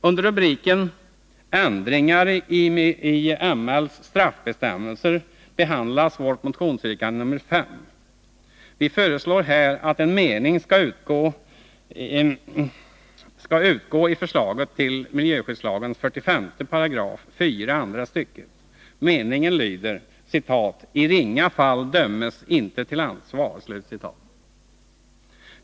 Under rubriken Ändringar i ML:s straffbestämmelser behandlas vårt motionsyrkande nr 5. Vi föreslår där att en mening i förslaget till miljöskyddslagen 45 §,4 punkten, andra stycket skall utgå. Meningen lyder: ”I ringa fall döms inte till ansvar”.